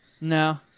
No